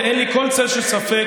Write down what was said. ואין לי כל צל של ספק,